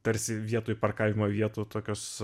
tarsi vietoj parkavimo vietų tokios